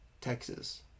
Texas